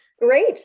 Great